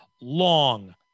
Long